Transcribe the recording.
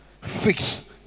Fix